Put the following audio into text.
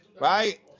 Right